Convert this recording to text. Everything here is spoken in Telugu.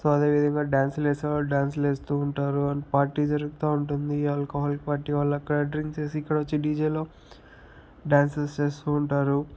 సో అదే విధంగా డ్యాన్సులు వేసేవాళ్ళు డ్యాన్సులు వేస్తూ ఉంటారు అండ్ పార్టీ జరుగుతూ ఉంటుంది ఆల్కహాల్ పార్టీ వాళ్ళక్కడ డ్రింక్ చేసి ఇక్కడ వచ్చి డీజేలో డ్యాన్సస్ చేస్తూ ఉంటారు